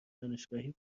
دانشگاهی